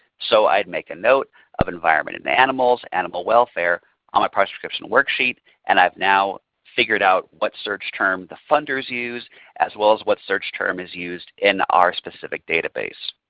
so i would make a note of environment and animals, animal welfare on my project description worksheet and i have now figured out what search term the funders use as well as what search term is used in our specific database.